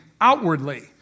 outwardly